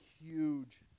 huge